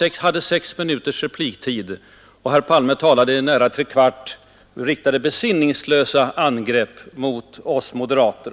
Herr Palme, vi har sex minuters repliktid, medan herr Palme talade i nära tre kvarts timme och riktade besinningslösa angrepp mot oss moderater